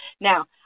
Now